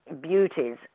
beauties